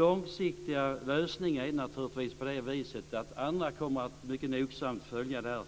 Andra kommer naturligtvis att mycket nogsamt följa den långsiktiga lösningen.